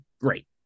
great